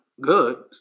good